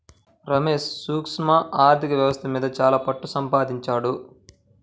రమేష్ సూక్ష్మ ఆర్ధిక వ్యవస్థ మీద చాలా పట్టుసంపాదించాడు